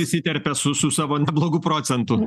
įsiterpė su su savo neblogu procentu